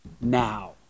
now